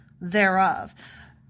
thereof